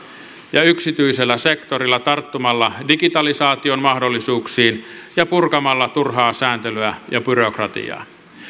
ja yksityisellä sektorilla tarttumalla digitalisaation mahdollisuuksiin ja purkamalla turhaa sääntelyä ja byrokratiaa